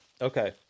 Okay